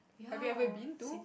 have you ever been to